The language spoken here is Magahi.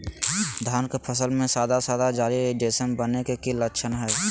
धान के फसल में सादा सादा जाली जईसन बने के कि लक्षण हय?